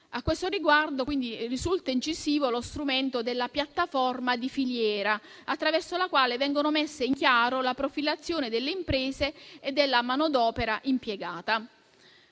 A questo riguardo, risulta incisivo lo strumento della piattaforma di filiera, attraverso la quale viene messa in chiaro la profilazione delle imprese e della manodopera impiegata.